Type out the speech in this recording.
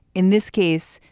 in this case,